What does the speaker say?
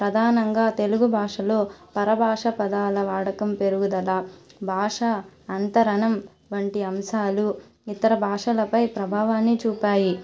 ప్రధానంగా తెలుగు భాషలో పరభాష పదాల వాడకం పెరుగుదల భాష అంతరణం వంటి అంశాలు ఇతర భాషలపై ప్రభావాన్ని చూపాయి